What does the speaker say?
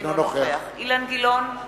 אינו נוכח אילן גילאון,